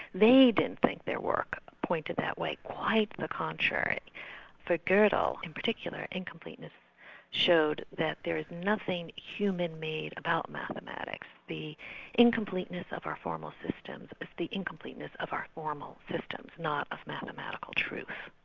they didn't think their work pointed that way quite the contrary for godel. in particular, incompleteness showed that there's nothing human-made about mathematics. the incompleteness of our formal systems, is the incompleteness of our formal systems, not of mathematical truth.